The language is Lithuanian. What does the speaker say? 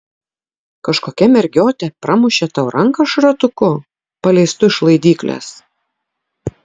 kažkokia mergiotė pramušė tau ranką šratuku paleistu iš laidyklės